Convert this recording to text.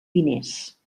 diners